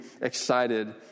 excited